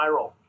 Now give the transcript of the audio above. viral